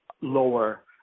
lower